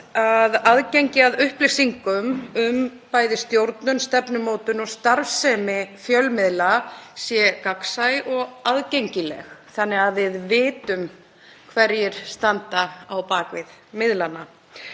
að aðgengi að upplýsingum um bæði stjórnun, stefnumótun og starfsemi fjölmiðla sé gagnsætt og liggi skýrt fyrir þannig að við vitum hverjir standa á bak við miðlana.